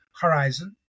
horizon